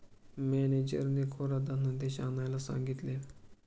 मॅनेजरने कोरा धनादेश आणायला सांगितले